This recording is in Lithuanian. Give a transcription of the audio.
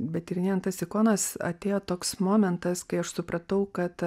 bet tyrinėjant tas ikonas atėjo toks momentas kai aš supratau kad